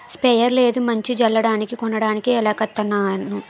sprayer లేదు మందు జల్లడానికి కొనడానికి ఏతకతన్నాను